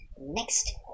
next